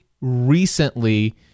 recently